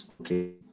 Okay